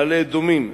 מעלה-אדומים,